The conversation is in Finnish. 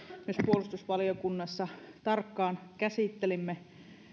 myös puolustusvaliokunnassa tarkkaan käsittelimme